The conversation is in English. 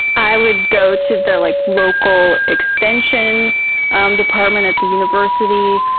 i would go to the like local extension um department at the university.